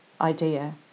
idea